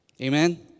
Amen